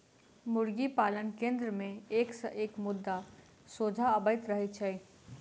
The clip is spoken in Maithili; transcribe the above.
मुर्गी पालन केन्द्र मे एक सॅ एक मुद्दा सोझा अबैत रहैत छै